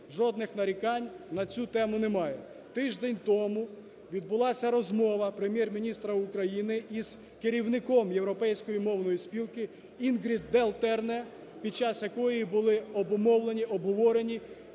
жодних нарікань на цю тему немає. Тиждень тому відбулася розмова Прем'єр-міністра України із керівником Європейської мовної спілки Інгрід Делтенре, під час якої були обумовлені, обговорені